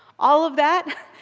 all of that,